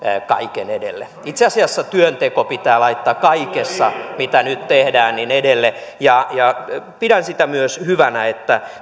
kaiken edelle itse asiassa työnteko pitää laittaa kaikessa mitä nyt tehdään edelle ja ja pidän myös sitä hyvänä että